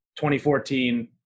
2014